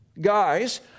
Guys